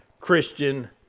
Christian